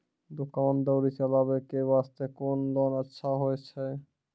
दुकान दौरी चलाबे के बास्ते कुन लोन अच्छा होय छै?